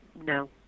No